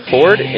Ford